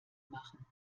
machen